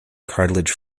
cartilage